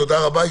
תודה רבה.